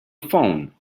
phone